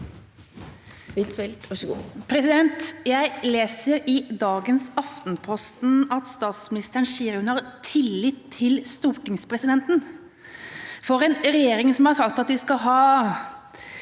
Jeg leser i dagens Aftenposten at statsministeren sier at hun har tillit til stortingspresidenten. For en regjering som har sagt de skal ha